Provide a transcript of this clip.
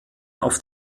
auf